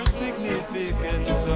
significance